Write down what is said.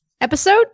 episode